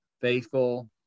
faithful